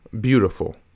beautiful